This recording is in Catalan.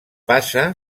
passa